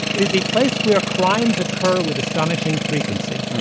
it is a place where crimes occur with astonishing frequency.